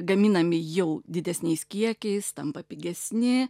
gaminami jau didesniais kiekiais tampa pigesni